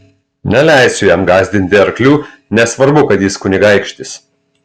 neleisiu jam gąsdinti arklių nesvarbu kad jis kunigaikštis